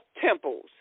temples